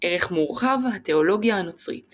ערך מורחב – התאולוגיה הנוצרית